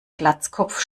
glatzkopf